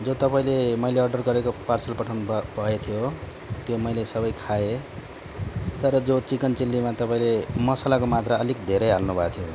हिजो तपाईँले मैले अर्डर गरेको पार्सल पठाउनु भ भएथ्यो त्यो मैले सबै खाएँ तर जो चिकन चिल्लीमा तपाईँले मसालाको मात्रा अलिक धेरै हाल्नु भएको थियो